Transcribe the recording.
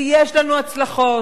ויש לנו הצלחות.